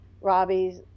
Robbie's